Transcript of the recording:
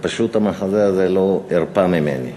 ופשוט המחזה הזה לא הרפה ממני.